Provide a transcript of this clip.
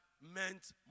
meant